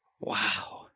Wow